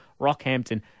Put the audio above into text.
Rockhampton